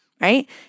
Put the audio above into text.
right